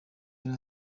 yari